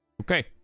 okay